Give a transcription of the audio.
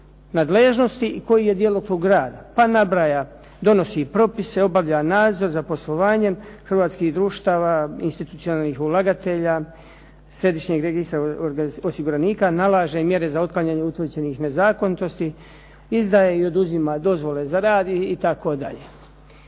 nadležnosti i koji je djelokrug rada. Pa nabraja, donosi propise, obavlja nadzor za poslovanjem hrvatskih društava, institucionalnih ulagatelja, Središnjeg registra osiguranika, nalaže mjere za otklanjanje utvrđenih nezakonitosti, izdaje i oduzima dozvole za rad itd.